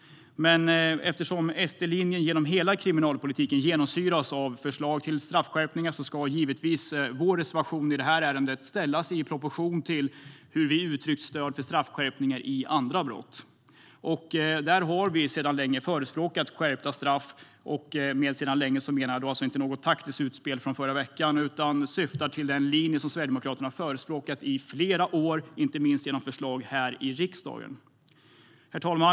Men eftersom SD-linjen genom hela kriminalpolitiken genomsyras av förslag till straffskärpningar ska givetvis vår reservation i ärendet ställas i proportion till hur vi har uttryckt stöd för straffskärpningar i andra brott. Där har vi sedan länge förespråkat skärpta straff. När jag säger "sedan länge" menar jag alltså inte något taktiskt utspel från förra veckan, utan jag syftar på den linje som Sverigedemokraterna har förespråkat under flera år, inte minst genom förslag här i riksdagen. Herr talman!